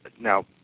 now